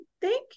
Thank